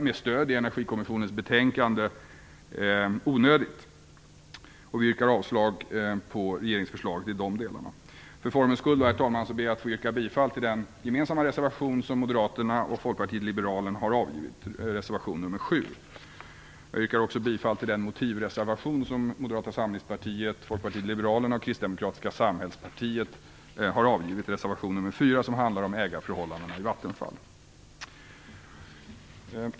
Med stöd i Energikommissionens betänkande finner vi detta onödigt, och vi yrkar avslag på regeringsförslaget i dessa delar. För formens skull, herr talman, ber jag att få yrka bifall till den gemensamma reservation som Moderaterna och Folkpartiet liberalerna har avgivit, reservation nr 7. Jag yrkar också bifall till den motivreservation som Moderata samlingspartiet, Folkpartiet liberalerna och Kristdemokratiska samhällspartiet har avgivit i reservation nr 4, som handlar om ägarförhållandena i Vattenfall.